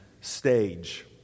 stage